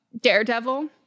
Daredevil